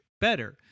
better